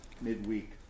midweek